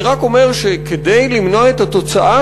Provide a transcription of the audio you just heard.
אני רק אומר שכדי למנוע את התוצאה,